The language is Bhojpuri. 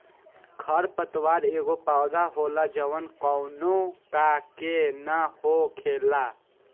खर पतवार एगो पौधा होला जवन कौनो का के न हो खेला